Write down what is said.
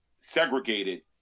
segregated